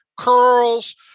curls